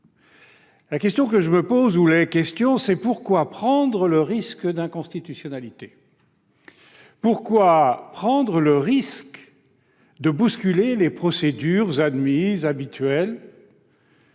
des questions que je me pose. Pourquoi prendre le risque d'inconstitutionnalité ? Pourquoi prendre le risque de bousculer les procédures admises habituelles